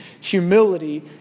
humility